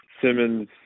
Simmons